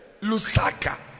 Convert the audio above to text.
Lusaka